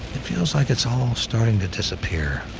it feels like it's all starting to disappear.